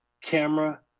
camera